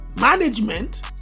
Management